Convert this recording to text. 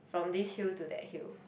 from this hill to that hill